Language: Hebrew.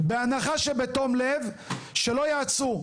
בהנחה שבתום לב, שלא ייעצו?